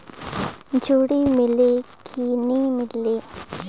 जोणी मीले कि नी मिले?